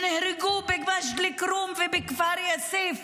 שנהרגו במג'ד אל-כרום ובכפר יאסיף,